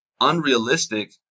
unrealistic